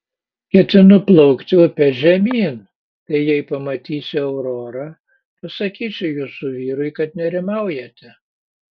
ketinu plaukti upe žemyn tai jei pamatysiu aurorą pasakysiu jūsų vyrui kad nerimaujate